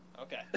okay